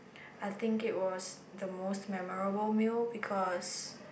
I think it was the most memorable meal because